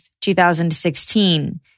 2016